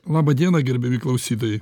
laba diena gerbiami klausytojai